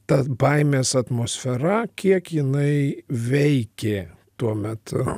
ta baimės atmosfera kiek jinai veikė tuomet